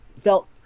felt